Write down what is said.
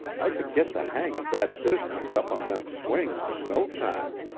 i could git the hang of that business up on them swings in no time,